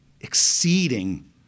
exceeding